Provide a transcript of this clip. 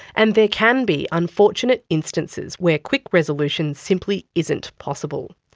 and there can be unfortunate instances where quick resolution simply isn't possible.